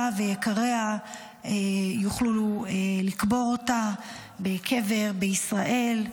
ויקיריה יוכלו לקבור אותה בקבר בישראל,